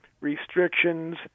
restrictions